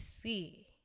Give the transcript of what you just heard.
see